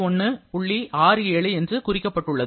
67 என்று குறிக்கப்பட்டுள்ளது